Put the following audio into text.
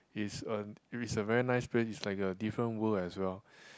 it's a it is a very nice place it's like a different world as well